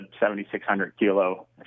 7,600-kilo